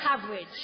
coverage